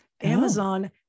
Amazon